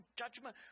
judgment